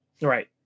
right